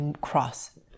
cross